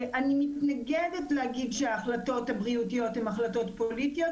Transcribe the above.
אני מתנגדת להגיד שההחלטות הבריאותיות הן החלטות פוליטיות,